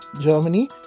Germany